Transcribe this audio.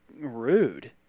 rude